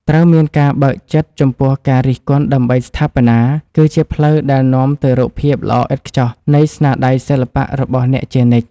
ត្រូវមានការបើកចិត្តចំពោះការរិះគន់ដើម្បីស្ថាបនា គឺជាផ្លូវដែលនាំទៅរកភាពល្អឥតខ្ចោះនៃស្នាដៃសិល្បៈរបស់អ្នកជានិច្ច។